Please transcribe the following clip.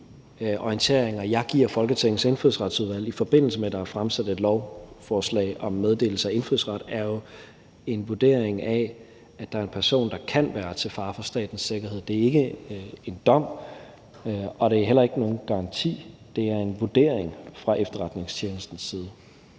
orienteringer, jeg giver Folketingets Indfødsretsudvalg, i forbindelse med at der er fremsat et lovforslag om meddelelse af indfødsret, jo er vurderinger af, at der personer, der kan være til fare for statens sikkerhed. Det er ikke en dom, og det er heller ikke nogen garanti; det er en vurdering fra efterretningstjenestens side.